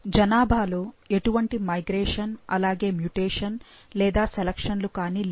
జనాభా లో ఎటువంటి మైగ్రేషన్ అలాగే మ్యూటేషన్ లేదా సెలక్షన్లు కానీ లేవు